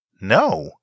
No